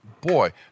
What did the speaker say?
boy